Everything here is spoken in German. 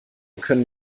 können